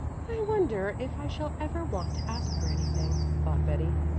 i wonder if i shall ever want to ask her anything, thought betty,